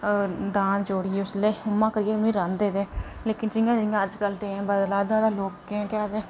दांद जोड़ियै उसलै उ'आं करियै उसलै राह्दें ते लेकिन जि'यां जि'यां अज्ज कल टैम बदला दा ते लोकें केह् आखदे